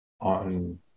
on